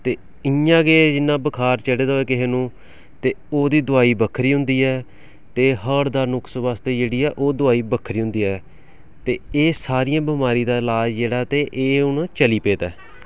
ते इ'यां गै जि'यां बखार चढ़े दा होए किसै नूं ते ओह्दी दोआई बक्खरी होंदी ऐ ते हार्ट दे नुक्स बास्तै जेह्ड़ी ओह् दोआई बक्खरी होंदी ऐ ते एह् सारियें बमारी दा लाज जेह्ड़ा ते एह् हून चली पेदा ऐ